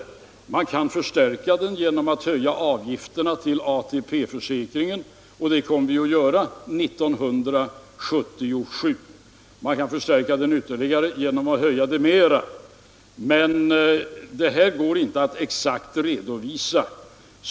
Man kan förstärka det hela genom att höja avgifterna till ATP-försäkringen och det kommer vi att göra 1977. Man kan förstärka det ytterligare genom att höja avgifterna mera. Men detta går inte att exakt redovisa.